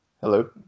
Hello